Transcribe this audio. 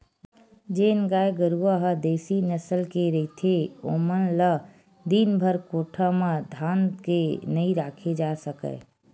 जेन गाय गरूवा ह देसी नसल के रहिथे ओमन ल दिनभर कोठा म धांध के नइ राखे जा सकय